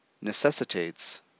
necessitates